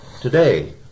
today